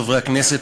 חברי הכנסת,